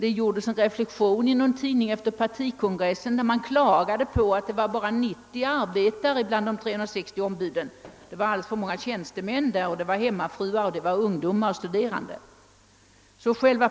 Efter kongressen klagade man i någon tidning på att det endast fanns 90 arbetare bland de 360 ombuden; det var för många tjänstemän, hemmafruar, ungdomar och studerande.